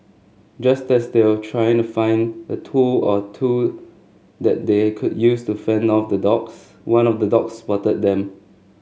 just as they were trying to find a tool or two that they could use to fend off the dogs one of the dogs spotted them